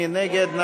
מי נגד?